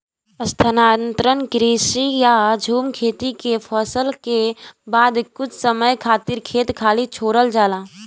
स्थानांतरण कृषि या झूम खेती में फसल के बाद कुछ समय खातिर खेत खाली छोड़ल जाला